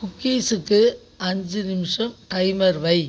குக்கீஸுக்கு அஞ்சு நிமிஷம் டைமர் வை